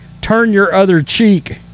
turn-your-other-cheek